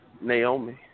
Naomi